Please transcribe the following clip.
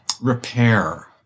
repair